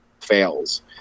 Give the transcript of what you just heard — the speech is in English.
fails